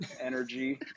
energy